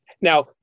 Now